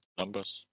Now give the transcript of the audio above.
numbers